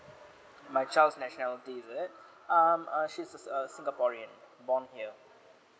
my child's nationality is it um uh she's a singaporean born here